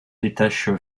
détache